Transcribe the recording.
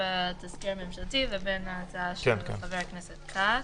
בתזכיר הממשלתי ובין ההצעה של חבר הכנסת כץ.